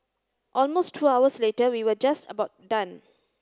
almost two hours later we were just about done